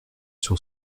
sur